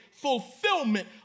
fulfillment